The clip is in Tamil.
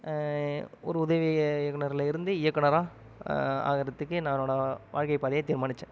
ஒரு உதவி இயக்குனரில் இருந்து இயக்குனராக ஆகிறதுக்கு நான் என்னோடய வாழ்க்கைப் பாதையை தீர்மானித்தேன்